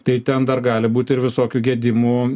tai ten dar gali būt ir visokių gedimų